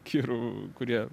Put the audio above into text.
kirų kurie